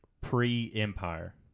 pre-Empire